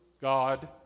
God